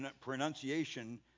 pronunciation